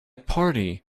party